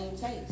taste